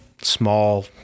small